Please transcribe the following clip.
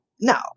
No